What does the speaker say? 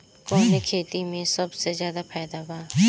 कवने खेती में सबसे ज्यादा फायदा बा?